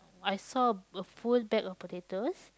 I saw a a full bag of potatoes